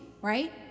right